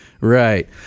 Right